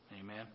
Amen